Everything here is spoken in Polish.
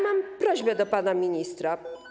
Mam prośbę do pana ministra.